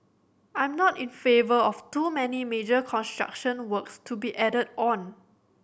I'm not in favour of too many major construction works to be added on